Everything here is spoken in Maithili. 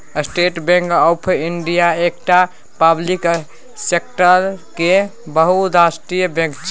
स्टेट बैंक आँफ इंडिया एकटा पब्लिक सेक्टरक बहुराष्ट्रीय बैंक छै